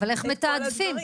איך מתעדפים?